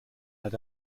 had